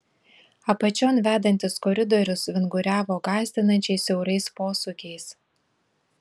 apačion vedantis koridorius vinguriavo gąsdinančiai siaurais posūkiais